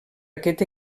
aquest